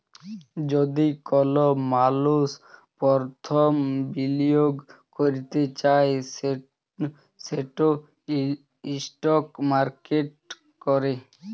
যদি কল মালুস পরথম বিলিয়গ ক্যরতে চায় সেট ইস্টক মার্কেটে ক্যরে